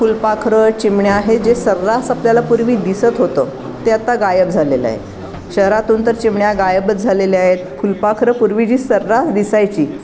फुलपाखरं चिमण्या हे जे सर्रास आपल्याला पूर्वी दिसत होतं ते आता गायब झालेलं आहे शहरातून तर चिमण्या गायबच झालेल्या आहेत फुलपाखरं पूर्वी जी सर्रास दिसायची